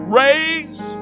raise